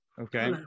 Okay